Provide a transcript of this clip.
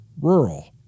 rural